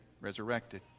resurrected